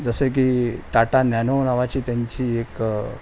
जसे की टाटा नॅनो नावाची त्यांची एक